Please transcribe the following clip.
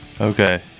Okay